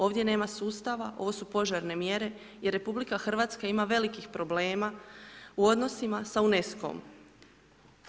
Ovdje nema sustava, ovo su požarne mjere i RH ima velikih problema u odnosima sa UNESCO-om.